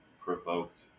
provoked